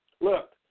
Look